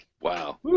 wow